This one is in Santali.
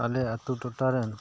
ᱟᱞᱮ ᱟᱛᱳ ᱴᱚᱴᱷᱟ ᱨᱮᱱ